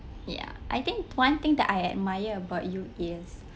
ya I think one thing that I admire about you is